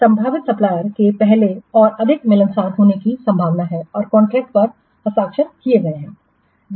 संभावित सप्लायरसके पहले और अधिक मिलनसार होने की संभावना है और कॉन्ट्रैक्ट पर हस्ताक्षर किए गए हैं